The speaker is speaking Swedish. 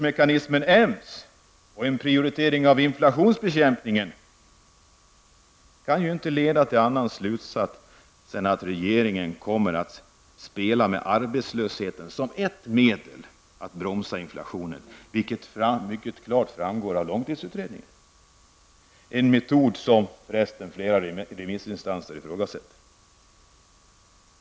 EMS -- och en prioritering av inflationsbekämpningen kan inte leda till annan slutsats än att regeringen kommer att spela med arbetslösheten som ett medel att bromsa inflationen, vilket klart framgår av långtidsutredningen. Det är en metod som de flesta remissinstanser ifrågasätter.